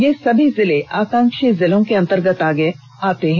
ये सभी जिले आकांक्षी जिलों के अंतर्गत आते हैं